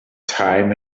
time